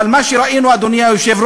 אבל מה שראינו, אדוני היושב-ראש,